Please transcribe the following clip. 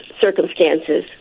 circumstances